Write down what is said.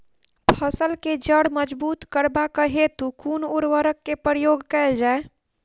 फसल केँ जड़ मजबूत करबाक हेतु कुन उर्वरक केँ प्रयोग कैल जाय?